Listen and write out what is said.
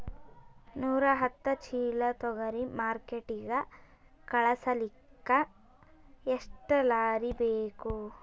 ನೂರಾಹತ್ತ ಚೀಲಾ ತೊಗರಿ ಮಾರ್ಕಿಟಿಗ ಕಳಸಲಿಕ್ಕಿ ಎಷ್ಟ ಲಾರಿ ಬೇಕು?